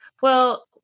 Well-